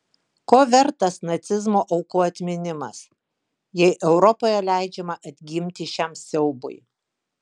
ko vertas nacizmo aukų atminimas jei europoje leidžiama atgimti šiam siaubui